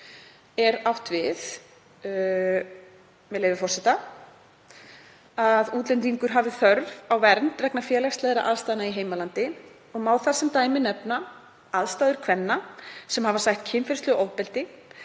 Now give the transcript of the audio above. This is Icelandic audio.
er átt við, með leyfi forseta: „… að útlendingur hafi þörf á vernd vegna félagslegra aðstæðna í heimalandi og má þar sem dæmi nefna aðstæður kvenna sem hafa sætt kynferðislegu ofbeldi,